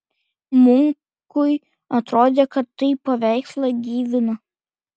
munkui atrodė kad tai paveikslą gyvina